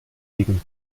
taken